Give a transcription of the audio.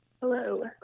Hello